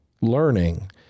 learning